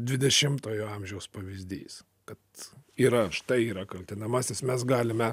dvidešimtojo amžiaus pavyzdys kad yra štai yra kaltinamasis mes galime